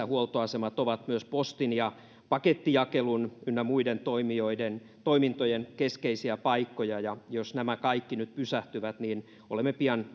huoltoasemat ovat myös postin ja pakettijakelun ynnä muiden toimintojen keskeisiä paikkoja ja jos nämä kaikki nyt pysähtyvät niin olemme pian